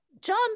John